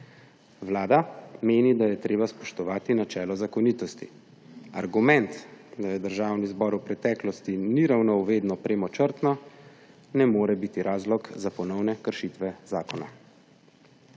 Vlada meni, da je treba spoštovati načelo zakonitosti. Argument, da Državni zbor v preteklosti ni ravnal vedno premočrtno, ne more biti razlog za ponovne kršitve zakona.